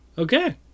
Okay